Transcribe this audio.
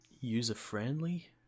user-friendly